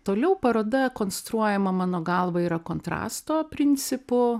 toliau paroda konstruojama mano galva yra kontrasto principu